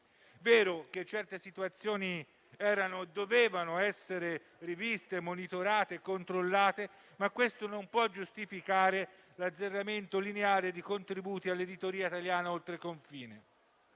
vero che certe situazioni dovevano essere riviste, monitorate e controllate, ma questo non può giustificare l'azzeramento lineare dei contributi all'editoria italiana oltreconfine.